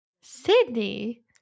Sydney